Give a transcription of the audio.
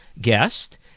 guest